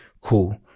cool